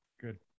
Good